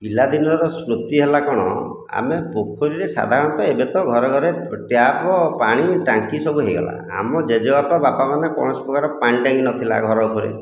ପିଲା ଦିନର ସ୍ମୃତି ହେଲା କ'ଣ ଆମେ ପୋଖରୀରେ ସାଧାରଣତଃ ଏବେ ତ ଘରେ ଘରେ ଟ୍ୟାପ ପାଣି ଟାଙ୍କି ସବୁ ହୋଇଗଲା ଆମ ଜେଜେବାପା ବାପାମାନେ କୌଣସି ପ୍ରକାର ପାଣି ଟାଙ୍କି ନଥିଲା ଘର ଉପରେ